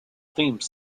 theme